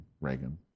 Reagan